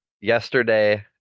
Yesterday